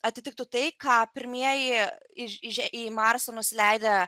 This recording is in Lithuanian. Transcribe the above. atitiktų tai ką pirmieji į marsą nusileidę